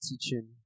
teaching